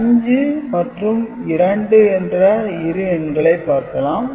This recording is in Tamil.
5 மற்றும் 2 என்ற இரு எண்களைப் பார்க்கலாம்